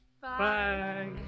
Bye